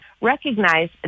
recognize